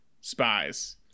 spies